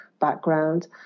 background